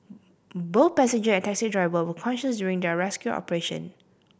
both passenger and taxi driver were conscious during the rescue operation